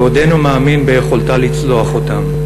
ועודנו מאמין ביכולתה לצלוח אותם.